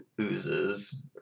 oozes